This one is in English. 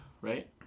right